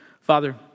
Father